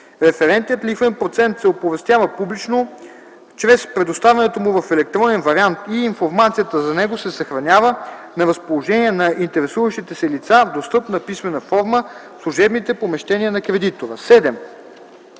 Референтният лихвен процент се оповестява публично чрез предоставянето му в електронен вариант и информацията за него се съхранява на разположение на интересуващите се лица в достъпна писмена форма в служебните помещения на кредитора.